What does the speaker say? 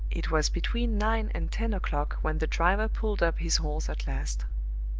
it was between nine and ten o'clock when the driver pulled up his horse at last.